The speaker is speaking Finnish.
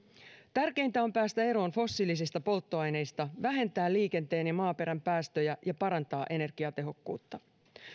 tärkeintä on päästä eroon fossiilisista polttoaineista vähentää liikenteen ja maaperän päästöjä ja parantaa energiatehokkuutta